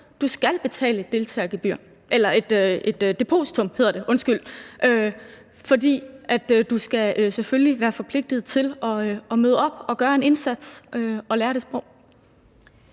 Du skal betale et depositum, fordi du selvfølgelig skal være forpligtet til at møde op og gøre en indsats for at lære det sprog.